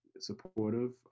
Supportive